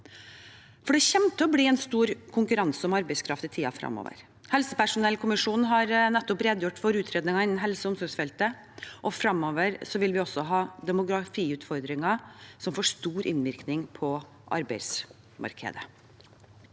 Det kommer til å bli stor konkurranse om arbeidskraft i tiden fremover. Helsepersonellkommisjonen har nettopp redegjort for utredningen innen helse- og omsorgsfeltet, og fremover vil vi også ha demografiutfordringer som får stor innvirkning på arbeidsmarkedet.